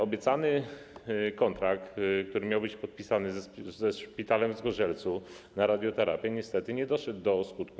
Obiecany kontrakt, który miał być podpisany ze szpitalem w Zgorzelcu na radioterapię, niestety nie doszedł do skutku.